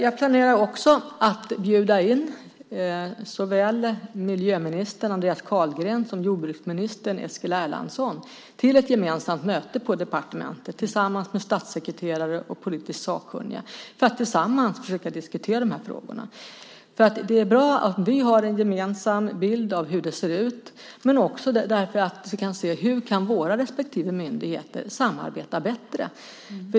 Jag planerar också att bjuda in såväl miljöminister Andreas Carlgren som jordbruksminister Eskil Erlandsson till ett gemensamt möte på departementet för att tillsammans med statssekreterare och politiskt sakkunniga försöka att diskutera dessa frågor. Det är bra att vi har en gemensam bild av hur det ser ut och att vi ser hur våra respektive myndigheter kan samarbeta bättre.